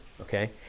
okay